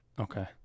Okay